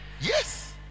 Yes